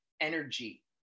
energy